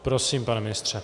Prosím, pane ministře.